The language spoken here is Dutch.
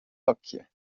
dakje